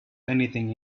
anything